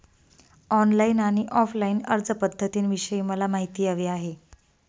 online आणि offline अर्जपध्दतींविषयी मला माहिती हवी आहे